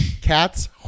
Cats